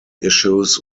issues